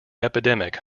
epidemic